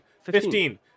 Fifteen